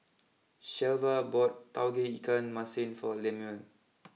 Shelva bought Tauge Ikan Masin for Lemuel